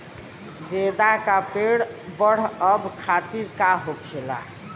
गेंदा का पेड़ बढ़अब खातिर का होखेला?